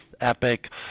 EPIC